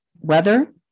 weather